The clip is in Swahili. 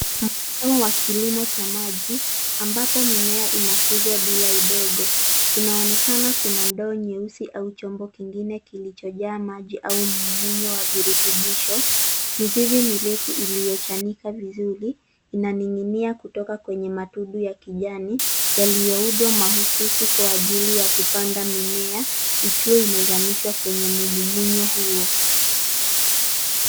Mfumo wa kilimo cha maji ambapo mimea inakuzwa bila udongo. Inaonekana kuna ndoo nyeusi au chombo kingine kilicho jaa maji au mmumunyo wa virutubisho. Mizizi mirefu iliyochanika vizuri inaning'inia kutoka kwenye matundu ya kijani yalioundwa mahususi kwa ajili ya kupanda mimea ikiwa imezamishwa kwenye mmumunyo huo.